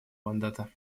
мандата